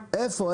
איפה?